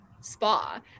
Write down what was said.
spa